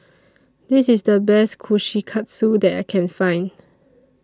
This IS The Best Kushikatsu that I Can Find